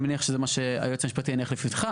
אני מניח שזה מה שהיועץ המשפטי הניח לפתחך,